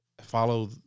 follow